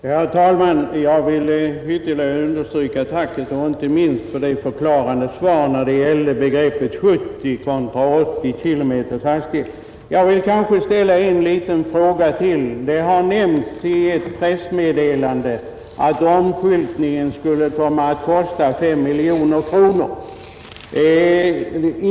Herr talman! Jag vill ytterligare understryka mitt tack, sedan jag fått förklaringen till att man valt 70 km hastighet i stället för 80. Så vill jag ställa en liten fråga till. Det har nämnts i pressmeddelanden att omskyltningen skulle komma att kosta 5 miljoner kronor.